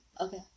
okay